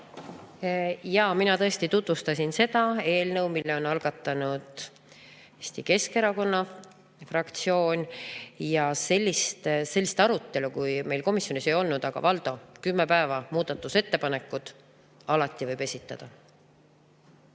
Jaa, mina tõesti tutvustasin seda eelnõu, mille on algatanud Eesti Keskerakonna fraktsioon. Ja sellist arutelu meil komisjonis ei olnud. Aga, Valdo, 10 päeva, muudatusettepanekud – alati võib esitada.